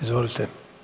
Izvolite.